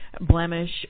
Blemish